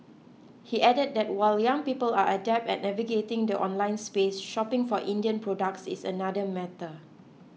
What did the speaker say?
he added that while young people are adept at navigating the online space shopping for Indian products is another matter